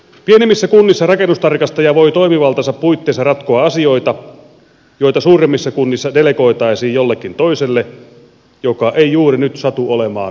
pienemmissä kunnissa rakennustarkastaja voi toimivaltansa puitteissa ratkoa asioita joita suuremmissa kunnissa delegoitaisiin jollekin toiselle joka ei juuri nyt satu olemaan töissä